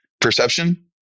perception